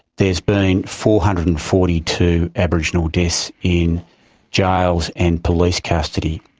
there's been four hundred and forty two aboriginal deaths in jails and police custody.